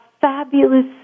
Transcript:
fabulous